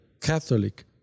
Catholic